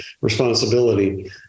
responsibility